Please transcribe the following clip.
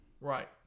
Right